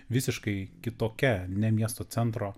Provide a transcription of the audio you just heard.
visiškai kitokia ne miesto centro